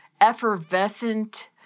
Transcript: Effervescent